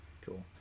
cool